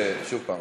שוב הפעם,